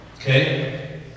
Okay